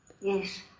Yes